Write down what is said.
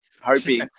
hoping